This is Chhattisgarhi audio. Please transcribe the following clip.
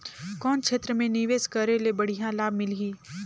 कौन क्षेत्र मे निवेश करे ले बढ़िया लाभ मिलही?